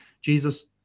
Jesus